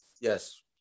Yes